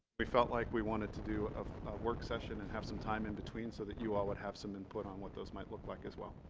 we felt like we wanted to do a work session and have some time in between so that you all would have some input on what those might look like as well